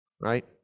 right